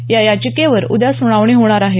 या याचिकेवर उद्या सुनावणी होणार आहे